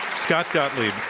scott gottlieb.